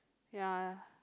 ya